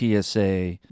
psa